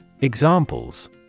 Examples